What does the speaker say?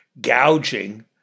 gouging